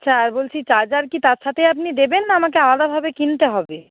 আচ্ছা আর বলছি চার্জার কি তার সাথেই আপনি দেবেন না আমাকে আলাদাভাবে কিনতে হবে